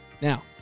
Now